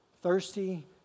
thirsty